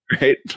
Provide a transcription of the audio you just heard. right